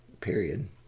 period